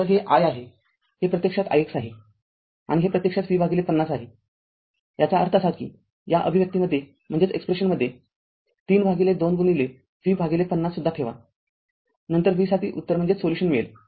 तर हे i हे हे प्रत्यक्षात ix आहे आणि हे प्रत्यक्षात V५० आहेयाचा अर्थ असा कीया अभिव्यक्तीमध्ये ३ भागिलें २ गुणिले V५० सुद्धा ठेवा नंतर v साठी उत्तर मिळेल